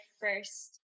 first